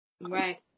Right